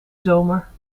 zomer